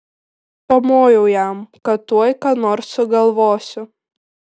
pamojau jam kad tuoj ką nors sugalvosiu